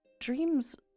Dreams